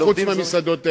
חוץ מהמסעדות האתניות.